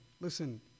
listen